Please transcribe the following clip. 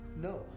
No